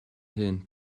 hyn